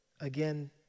again